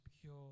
pure